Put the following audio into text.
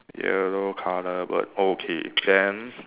yellow colour bird okay then